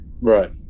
Right